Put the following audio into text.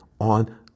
on